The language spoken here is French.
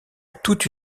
toute